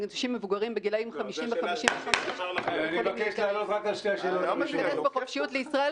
האם אנשים מבוגרים בגילאים 50 ו-55 יכולים להיכנס בחופשיות לישראל,